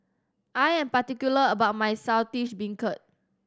I am particular about my Saltish Beancurd